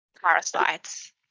Parasites